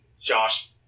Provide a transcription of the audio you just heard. Josh